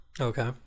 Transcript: Okay